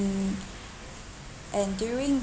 and during